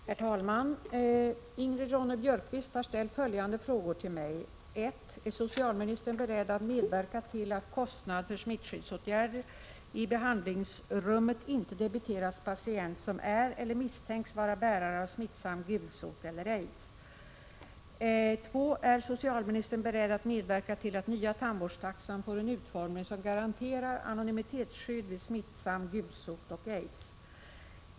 Herr talman! Ingrid Ronne-Björkqvist har ställt följande frågor till mig: 1. Ärsocialministern beredd att medverka till att kostnad för smittskyddsåtgärder i behandlingsrummet inte debiteras patient som är eller misstänks vara bärare av smittsam gulsot eller aids? 2. Är socialministern beredd att medverka till att den nya tandvårdstaxan får en utformning som garanterar anonymitetsskydd vid smittsam gulsot och aids?